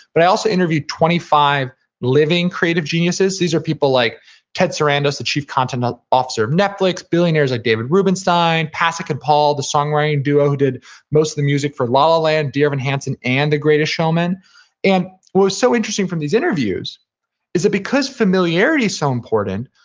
but i also interviewed twenty five living creative geniuses. these are people like ted sarandos, the chief content officer of netflix, billionaires like david rubenstein, pasek and paul, the songwriting duo who did most of the music for la la land, dear evan hansen, and the greatest showman and what is so interesting from these interviews is because familiarity is so important,